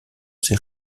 ses